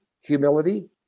Humility